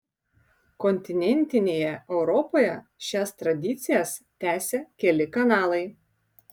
kontinentinėje europoje šias tradicijas tęsia keli kanalai